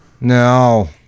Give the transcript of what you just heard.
No